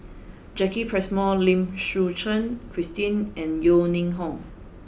Jacki Passmore Lim Suchen Christine and Yeo Ning Hong